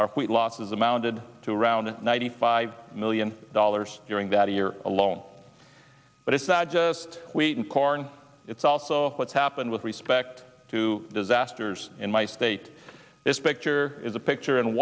our weight loss is amounted to around ninety five million dollars during that year alone but it's that just wait and corn it's also what's happened with respect to disasters in my state this picture is a picture in